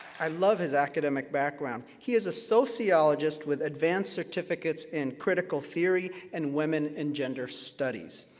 i love his academic background. he is a sociologist with advanced certificates in critical theory and women and gender studies.